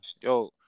Yo